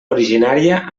originària